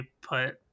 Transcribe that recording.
put